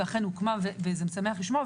אכן הוקמה וזה משמח לשמוע,